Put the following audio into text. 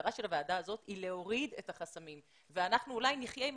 המטרה של הוועדה הזאת היא להוריד את החסמים ואנחנו אולי נחיה עם